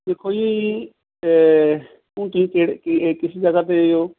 ਦੇਖੋ ਜੀ ਹੁਣ ਤੁਸੀਂ ਕਿਹੜੇ ਕੀ ਕਿਸ ਜਗ੍ਹਾ 'ਤੇ ਹੋ